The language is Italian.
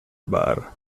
bar